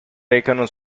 recano